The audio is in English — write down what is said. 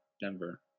Denver